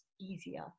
easier